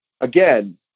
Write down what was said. again